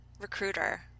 recruiter